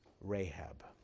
Rahab